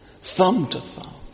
thumb-to-thumb